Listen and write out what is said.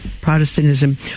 protestantism